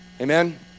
amen